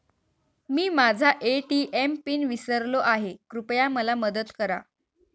मी माझा ATM pin विसरलो आहे, कृपया मला मदत करा